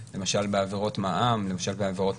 נזכיר שאגב בחוק צמצום המזומן נאסר לקבל צ'קים שניתן להסב בסכומים